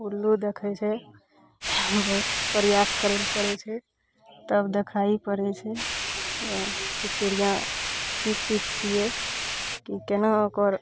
उल्लू देखै छै बहुत प्रयास करै लए पड़ै छै तब देखाइ पड़ै छै हीयाँ की चिड़ियाँ की चीज छियै की केना ओकर